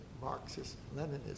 Marxist-Leninism